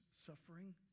suffering